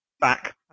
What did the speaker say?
back